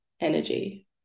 energy